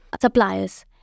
suppliers